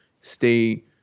stay